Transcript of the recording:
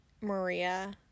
Maria